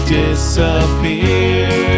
disappear